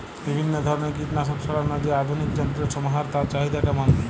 বিভিন্ন ধরনের কীটনাশক ছড়ানোর যে আধুনিক যন্ত্রের সমাহার তার চাহিদা কেমন?